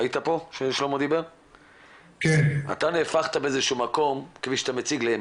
אמרת שאתה נהפכת באיזה שהוא מקום למוקד.